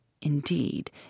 Indeed